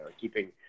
Keeping